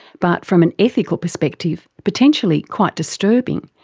but from an ethical perspective potentially quite disturbing,